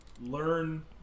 learn